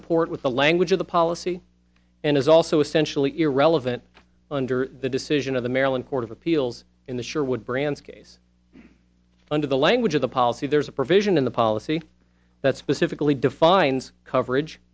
comport with the language of the policy and is also essentially irrelevant under the decision of the maryland court of appeals in the sure would brands case under the language of the policy there is a provision in the policy that specifically defines coverage